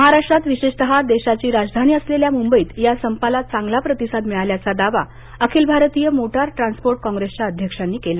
महाराष्ट्रात विशेषतः देशाची आर्थिक राजधानी असलेल्या मुंबईत या संपाला चांगला प्रतिसाद मिळाल्याचा दावा अखिल भारतीय मोटर ट्रान्स्पोर्ट काँग्रेसच्या अध्यक्षांनी केला